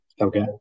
Okay